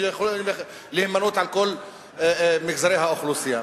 שיכולים להימנות עם כל מגזרי האוכלוסייה.